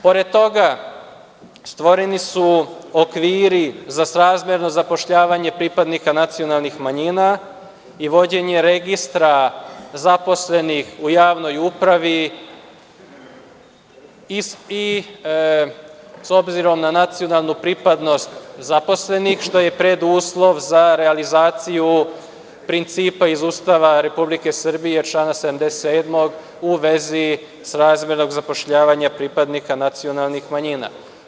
Pored toga, stvoreni su okviri za srazmerno zapošljavanja pripadnika nacionalnih manjina i vođenje registra zaposlenih u javnoj upravi, s obzirom na nacionalnu pripadnost zaposlenih, što je preduslov za realizaciju principa iz Ustava Republike Srbije člana 77. u vezi srazmernog zapošljavanja pripadnika nacionalnih manjina.